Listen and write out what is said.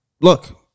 look